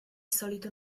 solito